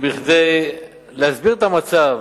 כדי להסביר את המצב,